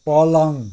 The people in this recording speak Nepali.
पलङ